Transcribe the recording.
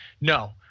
No